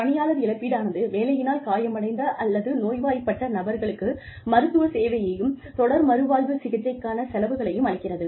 பணியாளர் இழப்பீடானது வேலையினால் காயமடைந்த அல்லது நோய்வாய்ப்பட்ட நபர்களுக்கு மருத்துவ சேவையையும் தொடர் மறுவாழ்வு சிகிச்சைக்கான செலவுகளையும் அளிக்கிறது